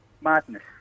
madness